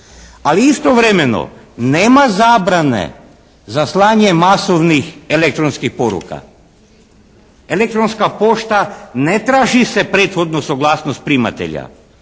Ali istovremeno nema zabrane za slanje masovnih elektronskih poruka. Elektronska pošta ne traži se prethodna suglasnost primatelja.